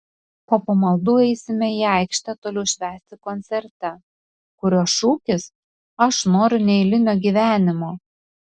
po pamaldų eisime į aikštę toliau švęsti koncerte kurio šūkis aš noriu neeilinio gyvenimo